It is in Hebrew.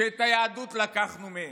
שאת היהדות לקחנו מהם.